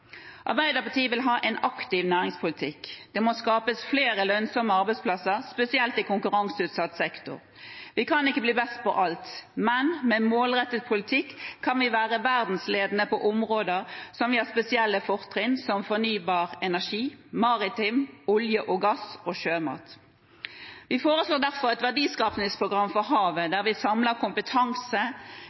Arbeiderpartiet vil ha en aktiv næringspolitikk. Det må skapes flere lønnsomme arbeidsplasser, spesielt i konkurranseutsatt sektor. Vi kan ikke bli best på alt, men med målrettet politikk kan vi være verdensledende på områder der vi har spesielle fortrinn, som fornybar energi, det maritime, olje og gass og sjømat. Vi foreslår derfor et verdiskapingsprogram for havet, der vi samler kompetanse,